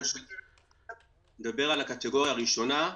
אני מדבר על הקטגוריה הראשונה,